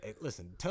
Listen